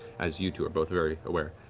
as you two are both very aware.